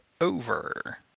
over